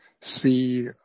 see